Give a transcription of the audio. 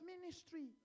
ministry